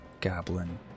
goblin